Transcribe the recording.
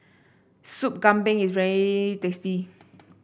Soup Kambing is very tasty